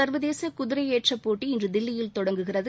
சர்வதேச குதிரையேற்ற போட்டி இன்று தில்லியில் தொடங்குகிறது